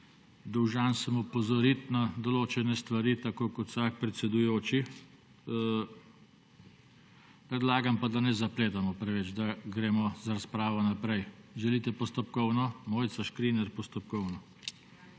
Dolžan sem opozoriti na določene stvari, tako kot vsak predsedujoči. Predlagam, pa da ne zapletamo preveč, da gremo z razpravo naprej. Želite postopkovno? (Da.) Mojca Škrinjar, postopkovno.